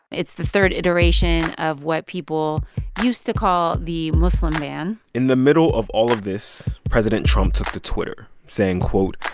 it's the third iteration of what people used to call the muslim ban in the middle of all of this, president trump took to twitter, saying, quote,